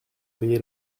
payer